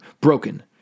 broken